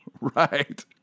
Right